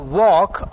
walk